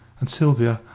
and sylvia,